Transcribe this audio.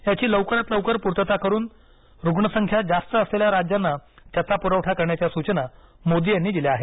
याची लवकरात लवकर पूर्तता करून रुग्णसंख्या जास्त असलेल्या राज्यांना त्याचा पुरवठा करण्याच्या सूचना मोदी यांनी दिल्या आहेत